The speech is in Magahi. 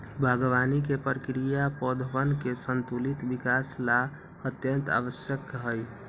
बागवानी के प्रक्रिया पौधवन के संतुलित विकास ला अत्यंत आवश्यक हई